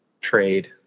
trade